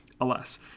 alas